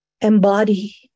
embody